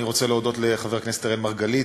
אני רוצה להודות לחבר הכנסת אראל מרגלית,